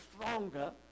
stronger